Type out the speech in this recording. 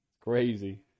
Crazy